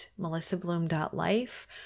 melissabloom.life